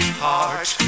heart